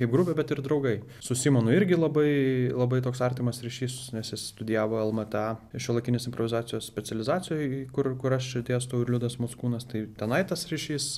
kaip grupė bet ir draugai su simonu irgi labai labai toks artimas ryšys nes jis studijavo lmta šiuolaikinės improvizacijos specializacijoj kur kur aš dėstau ir liudas mockūnas tai tenai tas ryšys